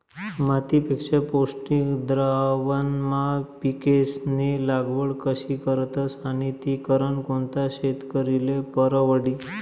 मातीपेक्षा पौष्टिक द्रावणमा पिकेस्नी लागवड कशी करतस आणि ती करनं कोणता शेतकरीले परवडी?